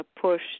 push